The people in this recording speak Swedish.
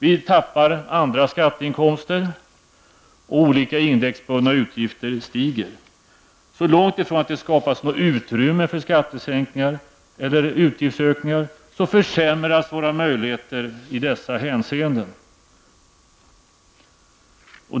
Vi förlorar andra skatteinkomster, och olika indexbundna utgifter stiger. Det skapas långt ifrån något utrymme för skattesänkningar eller utgiftsökningar. I stället försämras våra möjligheter i dessa hänseenden.